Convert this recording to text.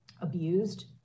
abused